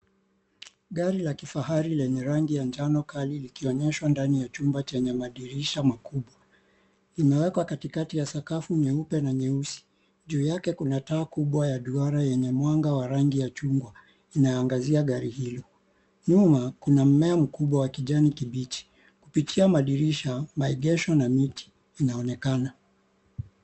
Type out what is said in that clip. Gari la kifahari lenye rangi ya njano kali likionyeshwa ndani ya chumba chenye madirisha makubwa, limewekwa katikati ya sakafu nyeupe na nyeusi. Juu yake kuna taa kubwa ya duara yenye mwanga wa rangi ya chungwa, inayoangazia gari hilo. Nyuma, kuna mmea mkubwa wa kijani kibichi, kupitia madirisha, maegesho na miti inaonekana.